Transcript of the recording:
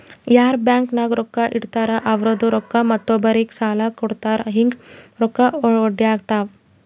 ಯಾರ್ ಬ್ಯಾಂಕ್ ನಾಗ್ ರೊಕ್ಕಾ ಇಡ್ತಾರ ಅವ್ರದು ರೊಕ್ಕಾ ಮತ್ತೊಬ್ಬರಿಗ್ ಸಾಲ ಕೊಡ್ತಾರ್ ಹಿಂಗ್ ರೊಕ್ಕಾ ಒಡ್ಯಾಡ್ತಾವ